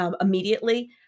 immediately